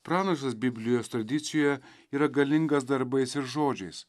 pranašas biblijos tradicijoje yra galingas darbais ir žodžiais